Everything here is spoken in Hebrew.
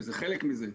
שזה חלק מזה.